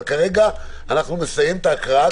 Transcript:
כרגע נסיים קודם כול את ההקראה,